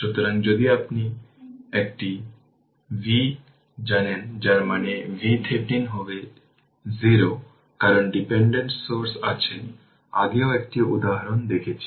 সুতরাং যদি আপনি একটি V জানেন যার মানে VThevenin হবে 0 কারণ ডিপেন্ডেন্ট সোর্স আছে আগেও একটি উদাহরণ দেখেছি